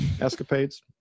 escapades